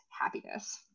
happiness